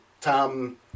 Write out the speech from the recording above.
Tom